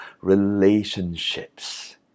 relationships